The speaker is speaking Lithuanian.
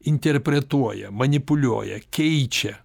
interpretuoja manipuliuoja keičia